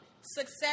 Success